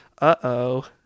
Uh-oh